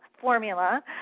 formula